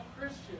Christian